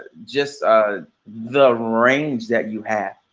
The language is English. just ah the range that you have,